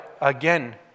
again